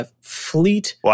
fleet